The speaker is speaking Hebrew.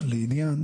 לעניין